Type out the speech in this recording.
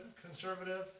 conservative